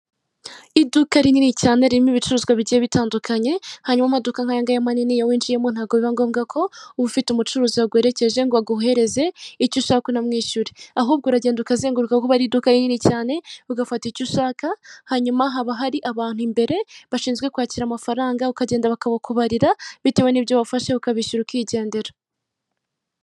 Ubwo wibajije ikoranabuhanga ni byiza cyane kuko nanone ukugira ubunebwe ntabwo ujya uva mu rugo ngo ubashe kutemberera n'ahantu dutuye uko hameze ariko nanone birafasha niyo unaniwe ntabwo ushobora kuva iwanyu unaniwe cyangwa utashye bwije ngo ujye ku isoko guhaha. Nkuko ubibone iki ni ikirango kerekana imyenda y'iminyarwanda n'inkweto zikorerwa mu rwanda nawe wabyihangira